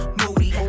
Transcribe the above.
moody